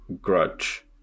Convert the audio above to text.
grudge